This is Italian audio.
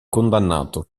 condannato